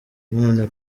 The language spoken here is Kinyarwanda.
none